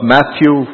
Matthew